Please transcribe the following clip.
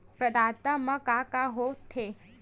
प्रदाता मा का का हो थे?